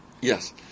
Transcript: Yes